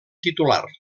titular